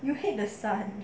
you hate the sun